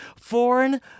foreign